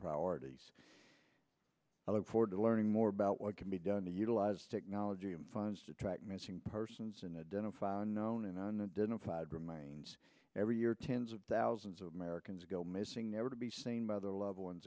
priorities i look forward to learning more about what can be done to utilize technology and funds to track missing persons in the dental found known and on the didn't file remains every year tens of thousands of americans go missing never to be seen by their loved ones